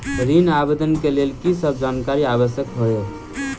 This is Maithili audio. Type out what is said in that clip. ऋण आवेदन केँ लेल की सब जानकारी आवश्यक होइ है?